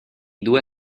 due